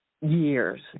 years